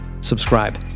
subscribe